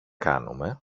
κάνουμε